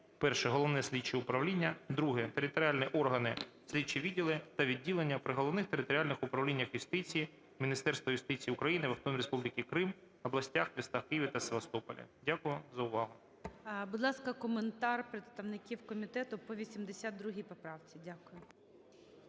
Дякую за увагу.